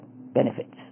benefits